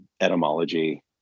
etymology